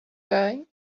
going